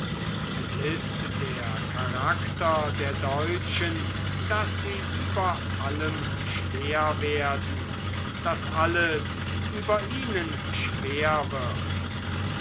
es ist der charakter der deutschen daß sie über allem schwer werden daß alles über ihnen schwer wird